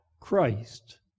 Christ